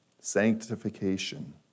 sanctification